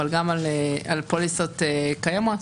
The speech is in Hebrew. גם על פוליסות קיימות,